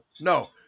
No